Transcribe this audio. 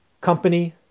company